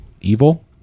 Evil